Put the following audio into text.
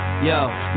Yo